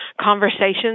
conversations